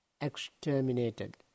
exterminated